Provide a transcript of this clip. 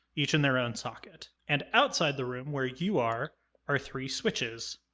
each in their own socket. and outside the room where you are are three switches,